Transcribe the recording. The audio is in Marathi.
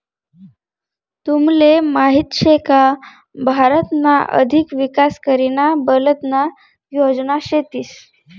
तुमले माहीत शे का भारतना अधिक विकास करीना बलतना योजना शेतीस